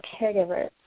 caregivers